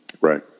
Right